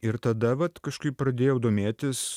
ir tada vat kažkaip pradėjau domėtis